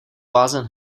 blázen